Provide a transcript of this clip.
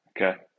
Okay